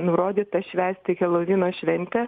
nurodyta švęsti helovyno šventę